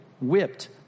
whipped